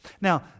Now